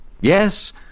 Yes